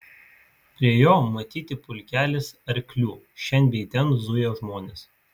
prie jo matyti pulkelis arklių šen bei ten zuja žmonės